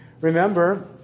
Remember